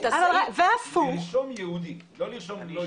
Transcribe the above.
והפוך --- לרשום יהודי, לא לרשום מישהו.